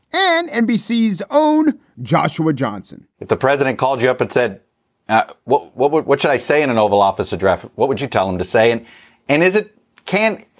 and nbc is own joshua johnson if the president called you up and said what, what, what what should i say in an oval office address? what would you tell him to say? and and is it can't.